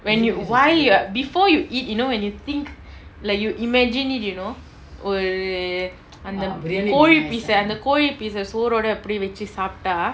when you why you before you eat you know when you think like you imagine it you know ஒரு அந்த கோழி:oru antha koli piece ah அந்த கோழி:antha koli piece ah சோரோட அப்டி வச்சு சாப்டா:soroda apdi vachu saapta